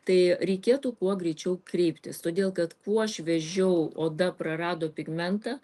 tai reikėtų kuo greičiau kreiptis todėl kad kuo šviežiau oda prarado pigmentą